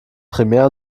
primär